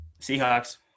Seahawks